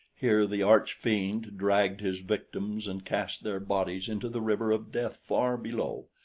here the arch-fiend dragged his victims and cast their bodies into the river of death far below.